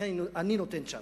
לכן, אני נותן צ'אנס.